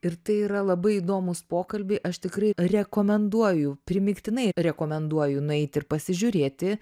ir tai yra labai įdomūs pokalbiai aš tikrai rekomenduoju primygtinai rekomenduoju nueiti ir pasižiūrėti